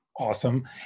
Awesome